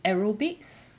aerobics